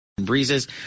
Breezes